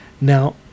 Now